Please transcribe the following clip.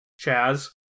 Chaz